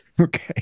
Okay